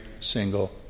single